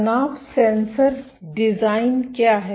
तनाव sensor design क्या है